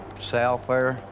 south there,